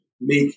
make